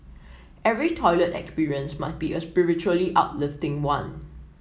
every toilet experience must be a spiritually uplifting one